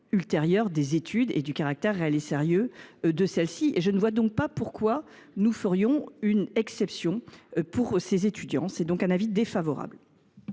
ultérieur des études, pas plus que du caractère réel et sérieux de celles ci. Je ne vois donc pas pourquoi nous ferions une exception pour ces étudiants. Aussi, j’émets un avis défavorable.